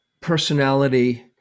personality